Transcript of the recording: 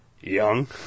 young